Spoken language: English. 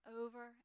over